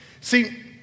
See